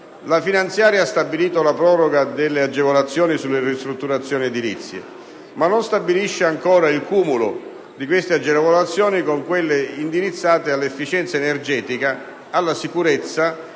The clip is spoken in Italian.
finanziaria prevede la proroga delle agevolazioni sulle ristrutturazioni edilizie, ma non stabilisce ancora il cumulo di queste agevolazioni con quelle indirizzate all'efficienza energetica, alla sicurezza